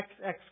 XX